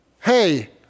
Hey